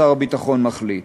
שר הביטחון מחליט.